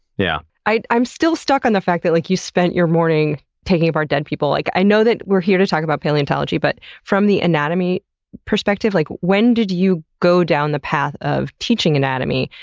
yeah i'm still stuck on the fact that like you spent your morning taking apart dead people. like i know that we're here to talk about paleontology, but from the anatomy perspective, like when did you go down the path of teaching anatomy?